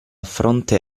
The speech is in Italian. fronte